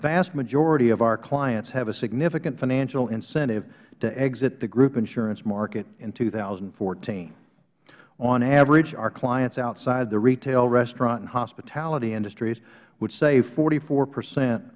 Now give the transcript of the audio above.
vast majority of our clients have a significant financial incentive to exit the group insurance market in two thousand and fourteen on average our clients outside the retail restaurant and hospitality industries would save forty four percent